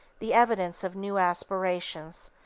the evidence of new aspirations,